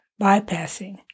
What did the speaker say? bypassing